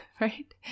right